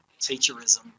teacherism